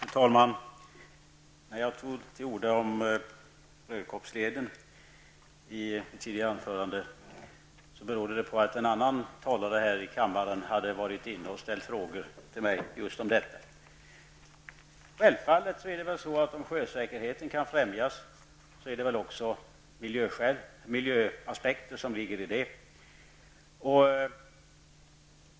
Fru talman! När jag tog till orda om Rödkobbsleden i ett tidigare anförande berodde det på att en annan talare i kammaren hade ställt frågor till mig om den. Om sjösäkerheten kan främjas så ligger det självklart också miljöaspekter i det.